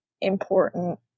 important